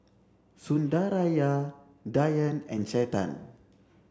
Sundaraiah Dhyan and Chetan